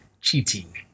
cheating